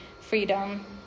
freedom